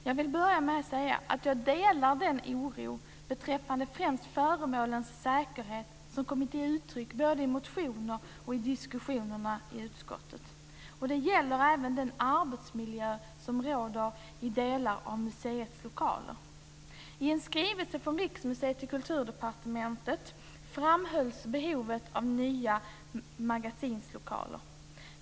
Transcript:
Jag vill börja med att säga att jag delar den oro beträffande främst föremålens säkerhet som kommit till uttryck både i motioner och i diskussionerna i utskottet. Det gäller även den arbetsmiljö som råder i delar av museets lokaler. Kulturdepartementet framhölls behovet av nya magasinslokaler.